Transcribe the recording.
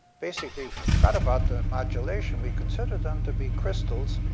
basically forgot about the modulation, we considered them to be crystals,